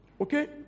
Okay